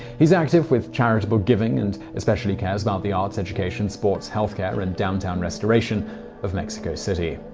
is active with charitable giving and especially cares about the arts, education, sports, health care and downtown restoration of mexico city.